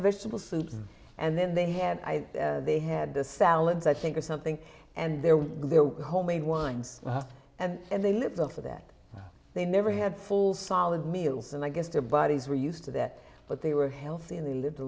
of vegetable soup and then they had they had the salads i think or something and there were homemade ones and they little for that they never had full solid meals and i guess their bodies were used to that but they were healthy and they lived a